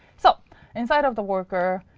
so inside of the worker,